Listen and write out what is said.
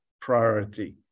priority